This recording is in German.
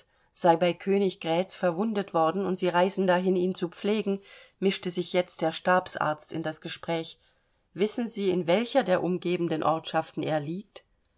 sei bei königgrätz verwundet worden und sie reisen dahin ihn zu pflegen mischte sich jetzt der stabsarzt in das gespräch wissen sie in welcher der umgebenden ortschaften er liegt